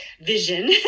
vision